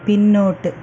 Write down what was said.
പിന്നോട്ട്